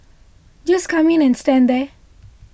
just come in and stand there